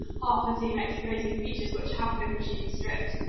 half the team excavating features which have been machine stripped.